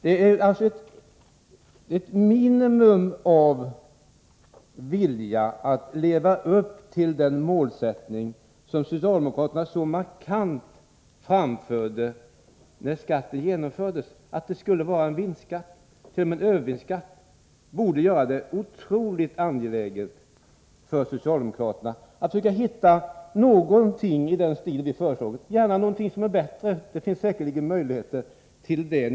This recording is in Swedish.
Det finns alltså ett minimum av vilja att leva upp till den målsättning som socialdemokraterna så markant angav när skatten infördes, dvs. att det skulle vara en vinstskatt, t.o.m. en övervinstskatt. Detta borde göra det otroligt angeläget för socialdemokraterna att söka hitta någonting i den stilen som vi har föreslagit — gärna någonting som är bättre. Det finns säkerligen möjligheter till det.